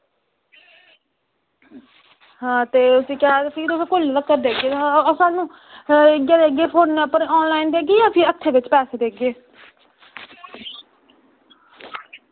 आं ते उसी केह् आक्खदे उसी कल्लू दे भापा देगे सानूं ते इयै भी ऑनलाईन देगी जां भी हत्था उप्पर देगे